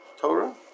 Torah